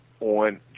on